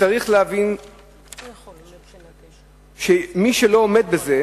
צריך להבין שמי שלא עומד בזה,